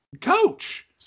coach